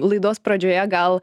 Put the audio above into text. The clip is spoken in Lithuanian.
laidos pradžioje gal